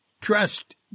trust